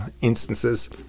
instances